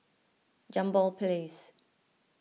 Jambol Place